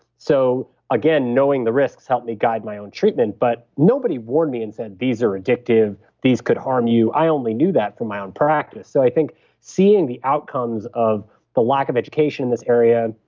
so again, knowing the risks helped me guide my own treatment but nobody warned me and said these are addictive. these could harm you. i only knew that from my own practice, so i think seeing the outcomes of the lack of education in this area,